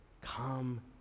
come